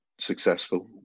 successful